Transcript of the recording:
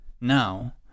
Now